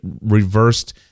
reversed